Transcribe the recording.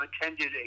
attended